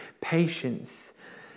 Patience